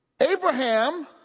Abraham